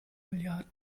milliarde